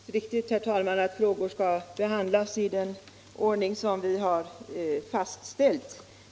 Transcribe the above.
Herr talman! Det är naturligtvis riktigt att frågorna skall behandlas i den ordning som vi har fastställt.